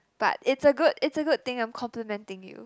but it's a good it's a good thing I'm complementing you